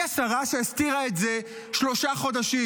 היא השרה שהסתירה את זה שלושה חודשים,